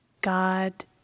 God